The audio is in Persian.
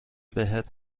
بهت